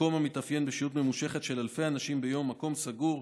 מקום המתאפיין בשהות ממושכת של אלפי אנשים ביום במקום סגור,